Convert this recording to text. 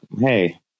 hey